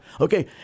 Okay